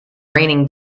raining